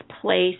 place